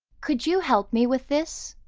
could you help me with this?